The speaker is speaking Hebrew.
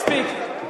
מספיק.